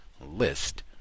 list